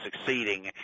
succeeding